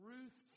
Ruth